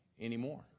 anymore